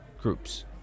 groups